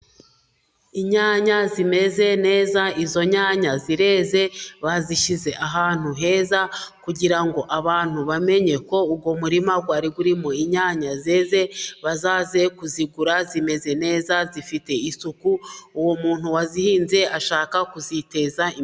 Inyanya zimeze neza , izo nyanya zireze bazishyize ahantu heza, kugira ngo abantu bamenye ko uwo murima wari uri mu inyanya zeze, bazaze kuzigura zimeze neza zifite isuku, uwo muntu wazihinze ashaka kuziteza imbere.